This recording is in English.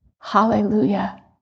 hallelujah